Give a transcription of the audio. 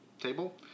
table